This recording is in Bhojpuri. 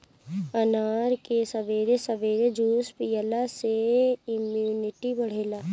अनार के सबेरे सबेरे जूस पियला से इमुनिटी बढ़ेला